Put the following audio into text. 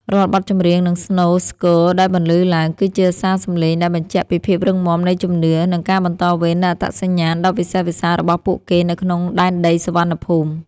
រាល់បទចម្រៀង និងស្នូរស្គរដែលបន្លឺឡើង គឺជាសារសំឡេងដែលបញ្ជាក់ពីភាពរឹងមាំនៃជំនឿ និងការបន្តវេននូវអត្តសញ្ញាណដ៏វិសេសវិសាលរបស់ពួកគេនៅក្នុងដែនដីសុវណ្ណភូមិ។